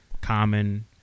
Common